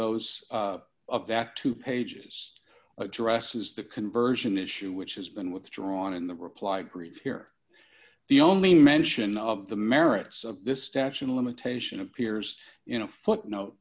that two pages addresses the conversion issue which has been withdrawn in the reply brief here the only mention of the merits of this statute of limitation appears you know footnote